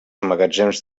magatzems